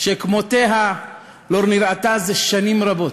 שכמותה לא נראתה זה שנים רבות.